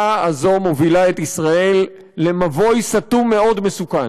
הזאת מובילה את ישראל למבוי סתום מאוד מסוכן.